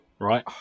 right